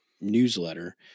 newsletter